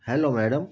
hello madam